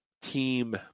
team